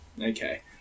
Okay